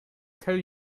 tell